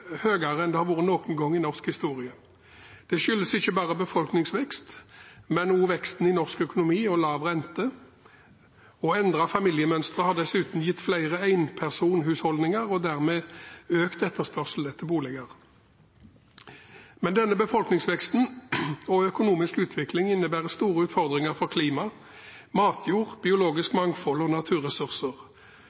norsk historie. Det skyldes ikke bare befolkningsvekst, men også veksten i norsk økonomi og lav rente. Endrede familiemønstre har dessuten gitt flere enpersonhusholdninger og dermed økt etterspørsel etter boliger. Denne befolkningsveksten og økonomiske utviklingen innebærer store utfordringer for klima, matjord, biologisk mangfold og naturressurser.